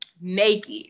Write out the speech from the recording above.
Naked